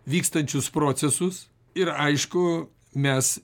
vykstančius procesus ir aišku mes